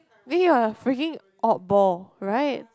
then you're a freaking odd ball right